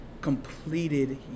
completed